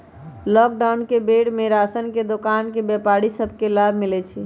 lockdown के बेर में राशन के दोकान के व्यापारि सभ के लाभ मिललइ ह